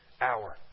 hour